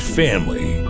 family